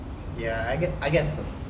ya I guess I guess so